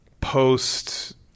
post